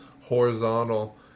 horizontal